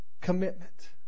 commitment